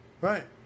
Right